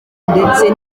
ndetse